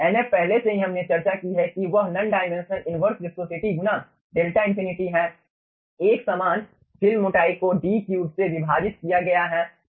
Nf पहले से ही हमने चर्चा की है कि वह नन डाइमेंशनल इनवर्स विस्कोसिटी गुना 𝛿∞ है एकसमान फिल्म मोटाई को D3 से विभाजित किया गया है